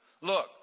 Look